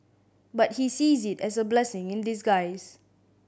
but he sees it as a blessing in disguise